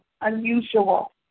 unusual